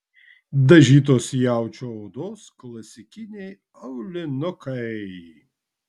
dažytos jaučio odos klasikiniai aulinukai